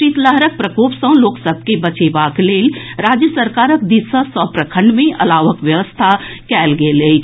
शीतलहरक प्रकोप सँ लोक सभ के बचेबाक लेल राज्य सरकारक दिस सँ सभ प्रखंड मे अलावक व्यवस्था कयल गेल अछि